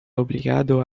obligado